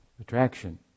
Attraction